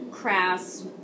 crass